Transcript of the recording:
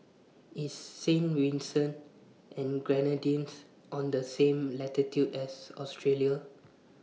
IS Saint Vincent and The Grenadines on The same latitude as Australia